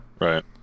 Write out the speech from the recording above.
Right